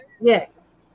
Yes